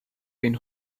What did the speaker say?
been